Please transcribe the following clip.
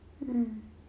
mm